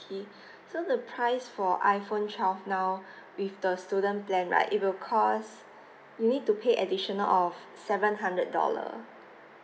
~ay so the price for iphone twelve now with the student plan right it will cost you need to pay additional of seven hundred dollar